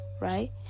right